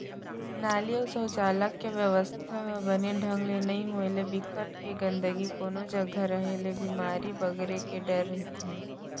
नाली, सउचालक के बेवस्था ह बने ढंग ले नइ होय ले, बिकट के गंदगी कोनो जघा रेहे ले बेमारी बगरे के डर रहिथे